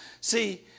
See